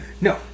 No